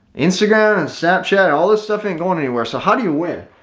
instagram and snapchat all this stuff ain't going anywhere. so how do you win?